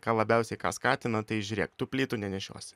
ką labiausiai ką skatina tai žiūrėk tu plytų nenešiosi